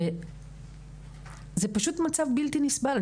זה פשוט מצב בלתי נסבל.